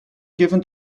given